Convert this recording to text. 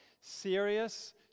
serious